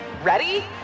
Ready